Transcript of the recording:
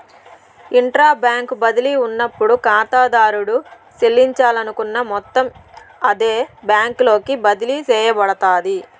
intra bank బదిలీ ఉన్నప్పుడు కాతాదారుడు సెల్లించాలనుకున్న మొత్తం అదే బ్యాంకులోకి బదిలీ సేయబడతాది